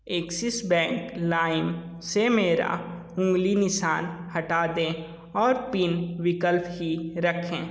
axis Bank लाइम से मेरा उंगली निशान हटा दें और पिन विकल्प ही रखें